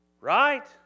Right